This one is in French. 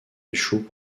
échouent